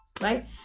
Right